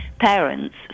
parents